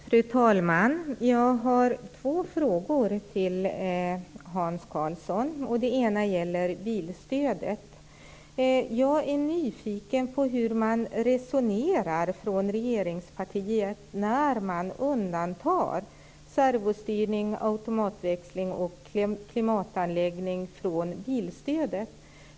Fru talman! Jag har två frågor till Hans Karlsson. Den ena gäller bilstödet. Jag är nyfiken på hur regeringspartiet resonerar när man undantar servostyrning, automatväxling och klimatanläggning från bilstödet.